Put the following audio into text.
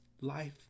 life